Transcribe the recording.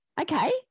Okay